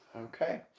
Okay